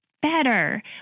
Better